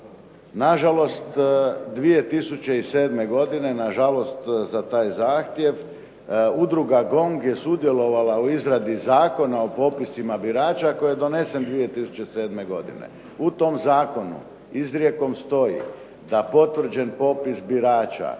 Na žalost 2007. godine, na žalost za taj zahtjev, Udruga GONG je sudjelovala u izradi Zakona o popisima birača koji je donesen 2007. godine. U tom Zakonu izrijekom stoji da potvrđen popis birača